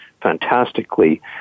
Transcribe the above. fantastically